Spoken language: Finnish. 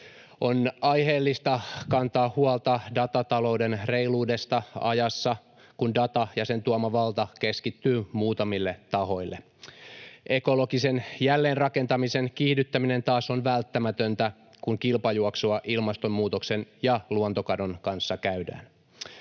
On aiheellista kantaa huolta datatalouden reiluudesta ajassa, jossa data ja sen tuoma valta keskittyy muutamille tahoille. Ekologisen jälleenrakentamisen kiihdyttäminen taas on välttämätöntä, kun kilpajuoksua ilmastonmuutoksen ja luontokadon kanssa käydään.